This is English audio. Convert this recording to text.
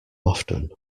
often